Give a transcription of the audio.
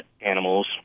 animal's